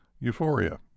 Euphoria